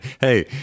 hey